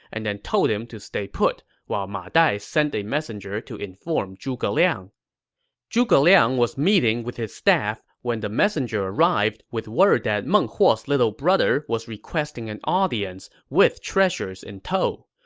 and then told him to stay put while ma dai sent a messenger to inform zhuge liang zhuge liang was meeting with his staff when the messenger arrived with word that meng huo's little brother was requesting an audience with treasures in tow.